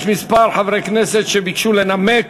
יש כמה חברי כנסת שביקשו לנמק.